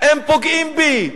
הם פוגעים בי,